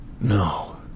No